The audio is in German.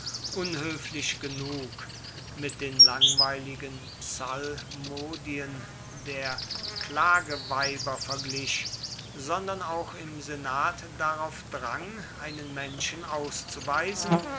unhöflich genug mit den langweiligen psalmodien der klageweiber verglich sondern auch im senat darauf drang einen menschen auszuweisen